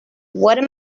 what